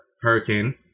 hurricane